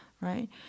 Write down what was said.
right